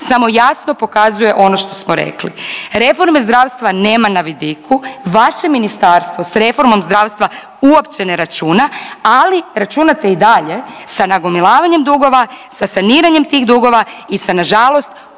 samo jasno pokazuje ono što smo rekli. Reforme zdravstva nema na vidiku vaše ministarstvo s reformom zdravstva uopće ne računa, ali računate i dalje sa nagomilavanjem dugova, sa saniranjem tih dugova i sa nažalost